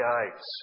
eyes